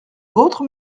vôtre